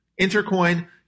Intercoin